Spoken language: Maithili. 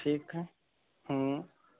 ठीक है हूँ